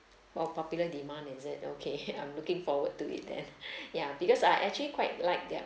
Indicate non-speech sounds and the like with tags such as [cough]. oh popular demand is it okay [laughs] I'm looking forward to it then ya because I actually quite like their